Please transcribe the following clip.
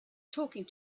talking